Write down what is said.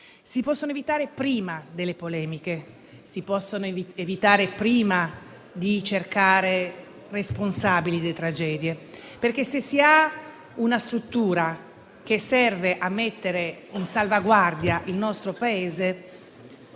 si possono evitare prima delle polemiche, prima di cercare i responsabili delle tragedie. Se si ha una struttura che serve a mettere in salvaguardia il nostro Paese,